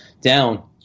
down